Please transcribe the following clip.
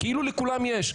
כאילו לכולם יש.